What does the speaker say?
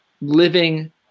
living